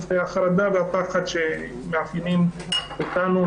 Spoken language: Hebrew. זה החרדה והפחד שמאפיינים אותנו,